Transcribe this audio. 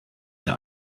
der